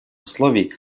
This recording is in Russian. условий